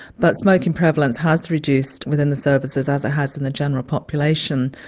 but smoking prevalence has reduced within the services, as it has in the general population.